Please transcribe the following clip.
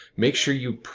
make sure you